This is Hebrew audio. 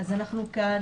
אנחנו כאן